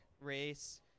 race